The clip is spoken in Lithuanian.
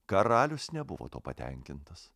karalius nebuvo tuo patenkintas